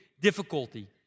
difficulty